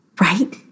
right